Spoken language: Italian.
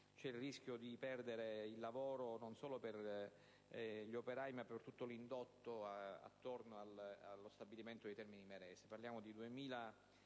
è il rischio di perdere il lavoro, non solo per quegli operai ma per tutto l'indotto attorno allo stabilimento di Termini Imerese: